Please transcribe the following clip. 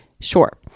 Sure